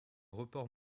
report